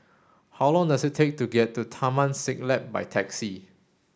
how long does it take to get to Taman Siglap by taxi